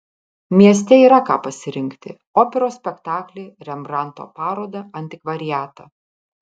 mieste yra ką pasirinkti operos spektaklį rembrandto parodą antikvariatą